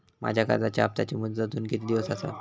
माझ्या कर्जाचा हप्ताची मुदत अजून किती दिवस असा?